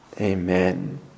Amen